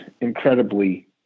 incredibly